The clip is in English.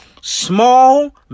small